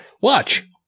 Watch